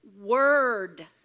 word